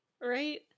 Right